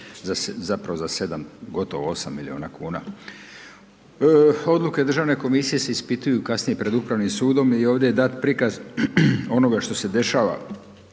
zapravo za 7 gotovo 8 miliona kuna. Odluke državne komisije se ispituju kasnije pred Upravnim sudom i ovdje je dat prikaz onoga što se dešava